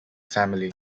family